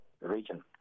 region